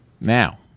Now